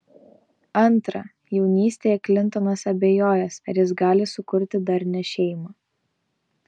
antra jaunystėje klintonas abejojęs ar jis gali sukurti darnią šeimą